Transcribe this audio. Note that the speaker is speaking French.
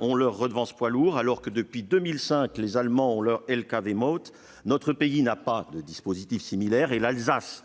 ont leur redevance poids lourds depuis 2001 et que les Allemands ont leur depuis 2005, notre pays n'a pas de dispositif similaire. L'Alsace,